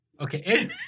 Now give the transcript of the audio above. Okay